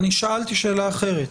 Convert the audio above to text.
אני שאלתי שאלה אחרת.